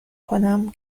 کنم